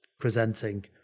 presenting